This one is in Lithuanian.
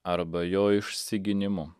arba jo išsigynimu